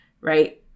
right